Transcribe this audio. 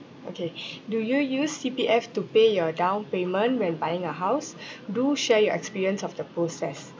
okay do you use C_P_F to pay your down payment when buying a house do share your experience of the process